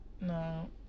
no